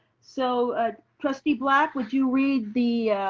so ah trustee black, would you read the